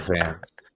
fans